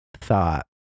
thought